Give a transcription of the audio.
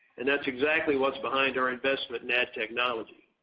and that's exactly what's behind our investment in ad technology.